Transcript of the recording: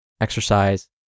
exercise